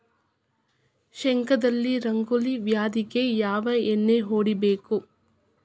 ಶೇಂಗಾದಲ್ಲಿ ರಂಗೋಲಿ ವ್ಯಾಧಿಗೆ ಯಾವ ಎಣ್ಣಿ ಹೊಡಿಬೇಕು?